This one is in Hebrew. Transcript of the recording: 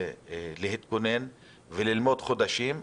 להתכונן וללמוד חודשים.